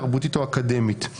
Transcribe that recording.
תרבותית או אקדמית".